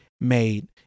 made